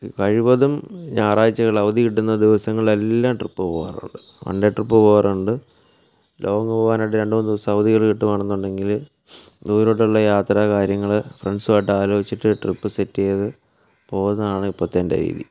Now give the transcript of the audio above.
കഴിവതും ഞായറാഴ്ചകൾ അവധി കിട്ടുന്ന ദിവസങ്ങളിൽ എല്ലാം ട്രിപ്പ് പോവാറുണ്ട് വൺ ഡേ ട്രിപ്പ് പോവാറുണ്ട് ലോങ്ങ് പോവാനായിട്ട് രണ്ടുമൂന്ന് ദിവസം അവധികൾ കിട്ടുകയാണെന്നുണ്ടെങ്കിൽ ദൂരോട്ടുള്ള യാത്ര കാര്യങ്ങൾ ഫ്രണ്ട്സുമായിട്ട് ആലോചിച്ചിട്ട് ട്രിപ്പ് സെറ്റ് ചെയ്ത് പോവുന്നതാണ് ഇപ്പോഴത്തെ എൻ്റെ രീതി